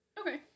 Okay